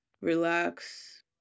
relax